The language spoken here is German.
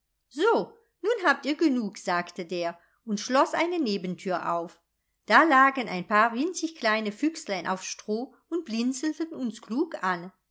so nun habt ihr genug sagte der und schloß eine nebentür auf da lagen ein paar winzig kleine füchslein auf stroh und blinzelten uns klug an